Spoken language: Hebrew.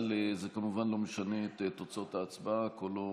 אבל זה כמובן לא משנה את תוצאות ההצבעה, קולו